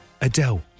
Adele